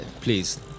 please